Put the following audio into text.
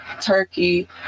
turkey